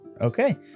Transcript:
Okay